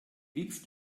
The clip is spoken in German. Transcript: wiegst